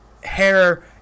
hair